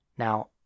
Now